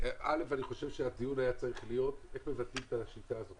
חושב שהדיון היה צריך להיות איך מבצעים את השיטה הזאת.